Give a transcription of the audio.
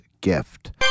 gift